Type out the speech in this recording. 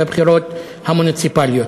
בבחירות המוניציפליות.